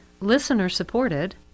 listener-supported